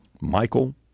Michael